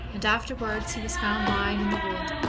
and afterwards he was found lying in the wood,